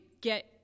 get